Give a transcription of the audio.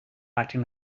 acting